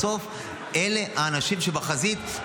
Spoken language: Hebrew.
בסוף אלה האנשים שבחזית.